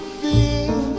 feel